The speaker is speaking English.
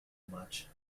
much